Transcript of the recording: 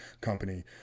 company